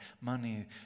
money